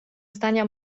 zdania